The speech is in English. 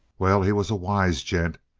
well, he was a wise gent.